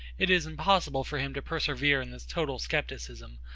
it is impossible for him to persevere in this total scepticism,